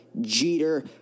Jeter